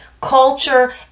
culture